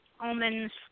Almonds